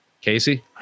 Casey